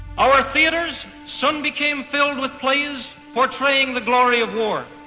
our theaters soon became filled with plays portraing the glory of war.